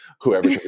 whoever